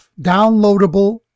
downloadable